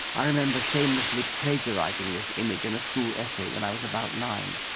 i remember shamelessly plagiarising this image in a school essay when i was about nine.